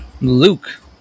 Luke